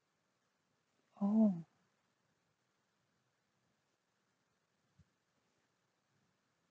oh